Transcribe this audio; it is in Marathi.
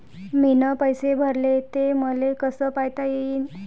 मीन पैसे भरले, ते मले कसे पायता येईन?